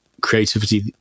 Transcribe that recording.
creativity